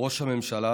כראש הממשלה